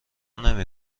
نمی